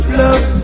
love